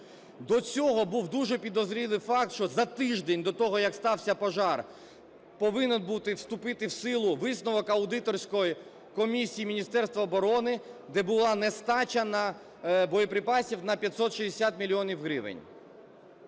До цього був дуже підозрілий факт, що за тиждень до того, як сталася пожежа, повинен був вступити в силу висновок аудиторської комісії Міністерства оборони, де була нестача боєприпасів на 560 мільйонів